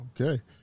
okay